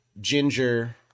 ginger